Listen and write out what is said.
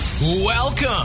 Welcome